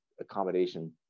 accommodation